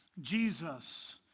Jesus